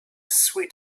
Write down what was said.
sweet